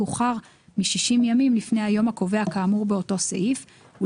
בהתאם לסעיף האמור להניח באותו מועד גם הצעת חוק תקציב לשנת